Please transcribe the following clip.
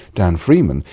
dan freeman,